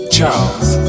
Charles